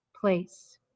place